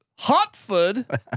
Hotford